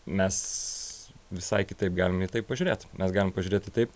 mes visai kitaip galim į tai pažiūrėt mes galim pažiūrėti taip